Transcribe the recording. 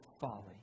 folly